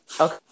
Okay